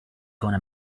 gonna